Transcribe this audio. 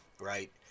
right